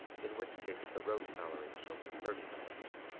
in which case the road salary shall be thirty dollars.